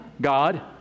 God